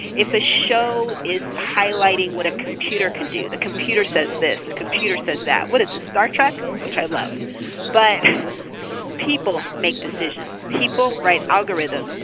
if a show is highlighting what a computer can do the computer says, the computer says that what is this, star trek? which i love but people make decisions. people write algorithms.